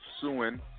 suing